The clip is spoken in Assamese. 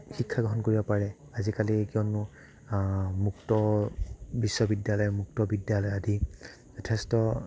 শিক্ষা গ্ৰহণ কৰিব পাৰে আজিকালি কিয়নো মুক্ত বিশ্ববিদ্যালয় মুক্ত বিদ্যালয় আদি যথেষ্ট